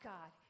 God